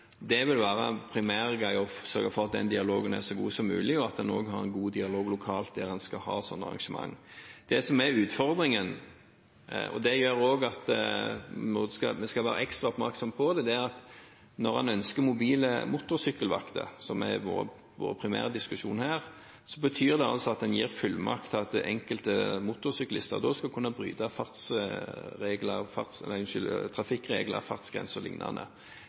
Det primære vil være å sørge for at den dialogen er så god som mulig, og at en også har en god dialog lokalt der en skal ha sånne arrangement. Det som er utfordringen – og det gjør også at vi på en måte skal være ekstra oppmerksomme på det – er at når en ønsker mobile motorsykkelvakter, som har vært primærdiskusjonen her, så betyr det altså at en gir fullmakt til at enkelte motorsyklister da skal kunne bryte